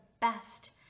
best